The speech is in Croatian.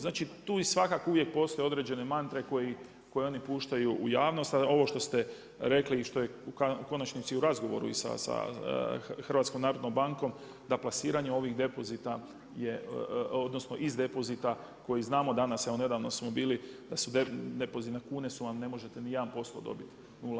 Znači tu i svakako uvijek postoje određene mantre koje oni puštaju u javnost, a ovo što ste rekli i što je u konačnici i u razgovoru i sa Hrvatskom narodnom bankom da plasiranje ovih depozita je, odnosno iz depozita koji znamo danas, evo nedavno smo bili da depoziti na kune, ne možete ni jedan posto dobiti.